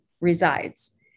resides